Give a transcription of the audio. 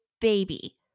baby